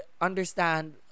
understand